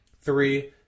three